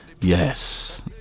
yes